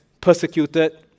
persecuted